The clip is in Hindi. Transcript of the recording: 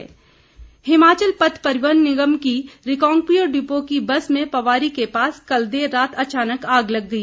दुर्घटना हिमाचल पथ परिवहन निगम की रिकांगपिओ डिपो की बस में पवारी के पास कल देर रात अचानक आग लग गई